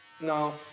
no